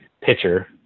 pitcher